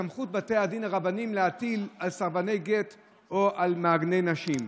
שבסמכות בתי הדין הרבניים להטיל על סרבני גט או על מעגני נשים.